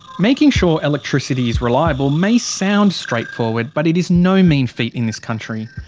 making sure electricity is reliable may sound straightforward, but it is no mean feat in this country.